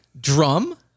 drum